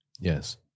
Yes